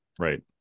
right